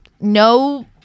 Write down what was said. no